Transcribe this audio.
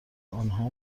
آنها